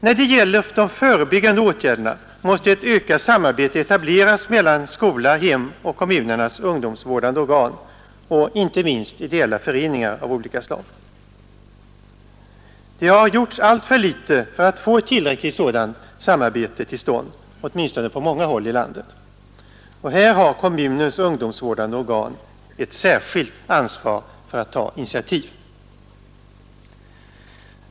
När det gäller de förebyggande åtgärderna måste ett ökat samarbete etableras mellan skola, hem och kommunernas ungdomsvårdande organ och, inte minst, ideella föreningar av olika slag. Det har gjorts alltför litet för att få ett tillräckligt sådant samarbete till stånd, åtminstone på många håll i landet. Här har kommunernas ungdomsvårdande organ ett särskilt ansvar för att ta initiativ.